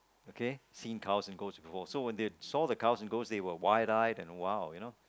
okay seen cows and goats before so when they saw the cows and goats they were wide eyed and !wow! you know